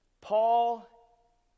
Paul